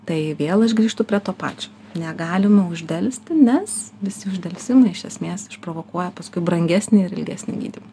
tai vėl aš grįžtu prie to pačio negalima uždelsti nes visi uždelsimai iš esmės išprovokuoja paskui brangesnį ir ilgesnį gydymą